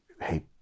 hey